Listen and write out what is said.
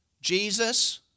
Jesus